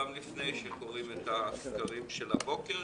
גם לפני שקוראים את הסקרים של הבוקר,